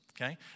Okay